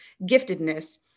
giftedness